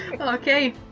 Okay